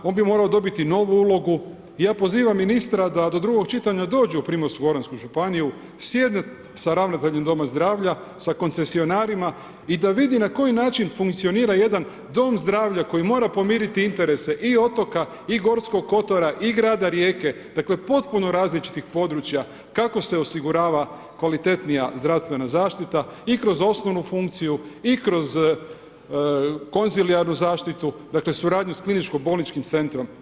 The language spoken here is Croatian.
On bi morao dobiti novu ulogu i ja pozivam ministar da do drugog čitanja dođe u Primorsko goransku županiju, sjede sa ravnateljem doma zdravlja, sa koncesionarima i da vidim na koji način funkcionira jedan dom zdravlja koji mora pomiriti interese i otoka i Gorskog kotara i grada Rijeke, dakle, potpuno različnih područja, kako se osigurava kvalitetnija zdravstvena zaštita i kroz osnovnu funkciju i kroz konzilijarnu zaštitu, dakle, suradnju s kliničkim bolničkim centrom.